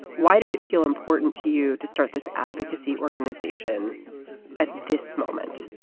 why did it feel important to you to start this advocacy organization at this moment?